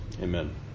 Amen